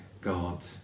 God